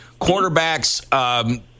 cornerbacks